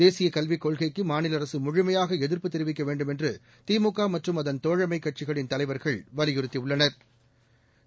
தேசிய கல்விக் கொள்கைக்கு மாநில அரசு முழுமையாக எதிப்பு தெரிவிக்க வேண்டுமென்று திமுக மற்றும் அதன் தோழமைக் கட்சிகளின் தலைவா்கள் வலியுறுத்தியுள்ளனா்